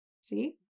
see